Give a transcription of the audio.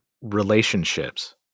relationships